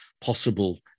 possible